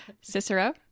Cicero